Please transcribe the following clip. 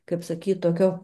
kaip sakyt tokio